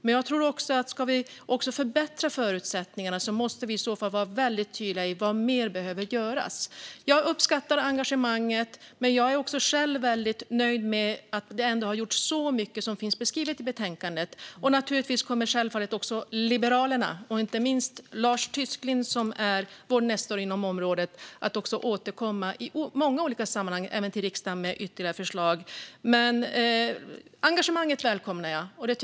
Men om vi ska förbättra förutsättningarna måste vi vara tydliga med vad mer som behöver göras. Jag uppskattar engagemanget, men jag är själv nöjd med att mycket som finns beskrivet i betänkandet ändå har gjorts. Självfallet kommer också Liberalerna och framför allt Lars Tysklind, som är vår nestor på området, att återkomma i många olika sammanhang och även till riksdagen med ytterligare förslag. Jag välkomnar engagemanget.